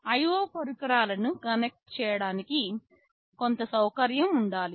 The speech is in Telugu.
IO పరికరాలను కనెక్ట్ చేయడానికి కొంత సౌకర్యం ఉండాలి